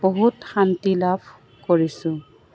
বহুত শান্তি লাভ কৰিছোঁ